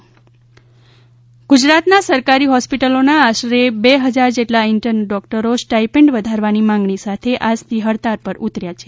intern doctor હડતાળ ગુજરાતના સરકારી હોસ્પિટલોના આશરે બે હજાર જેટલા ઇન્ટર્ન ડોકટરો સ્ટાઈપે ન્ડ વધારવાની માગણી સાથે આજથી હડતાળ ઉપર ઉતાર્યા છે